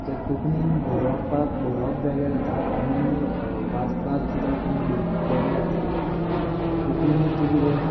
कित्याक कोंकणींत बरोवपाक बरोवप वेगळें जाता आनी वाचपाक सुद्दां खूब वेगळें जाता कोंकणींत तूं कितें